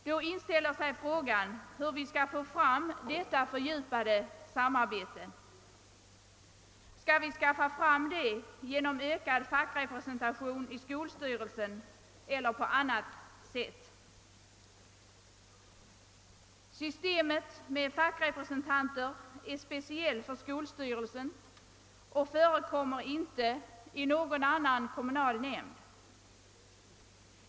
Då inställer sig frågan hur vi skall få fram detta fördjupade samarbete. Skall vi åstadkomma detta genom ökad fackrepresentation i skolstyrelsen eller på annat sätt? Systemet med fackrepresentanter är speciellt för skolstyrelsen och förekommer inte i någon annan kommunal nämnd.